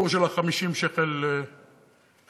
הסיפור של 50 השקל חיסכון,